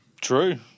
True